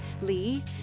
Lee